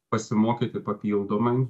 pasimokyti papildomai